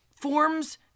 forms